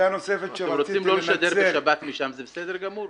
אם אתם רוצים לא לשדר משם בשבת זה בסדר גמור.